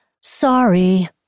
Sorry